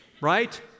right